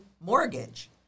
mortgage